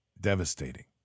devastating